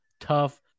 tough